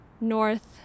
north